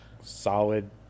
solid